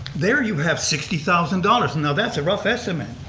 there you have sixty thousand dollars. and now that's a rough estimate.